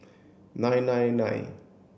nine nine nine